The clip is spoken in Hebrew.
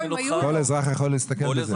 וכל אזרח יכול להסתכל?